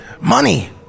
money